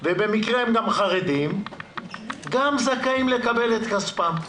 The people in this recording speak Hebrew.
ובמקרה הם גם חרדים גם זכאים לקבל את כספם.